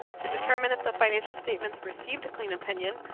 to determine if the financial statements received a clean opinion,